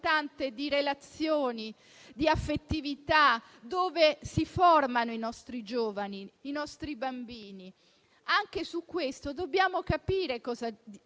di relazione, di affettività, dove si formano i nostri giovani, i nostri bambini. Anche su questo dobbiamo capire cosa